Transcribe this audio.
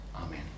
Amen